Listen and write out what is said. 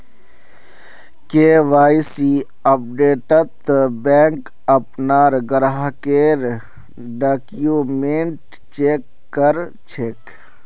KYC अपडेटत bank अपनार ग्राहकेर डॉक्यूमेंट चेक कर छेक